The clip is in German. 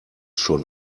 schon